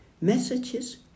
Messages